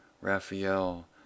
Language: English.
Raphael